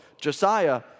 Josiah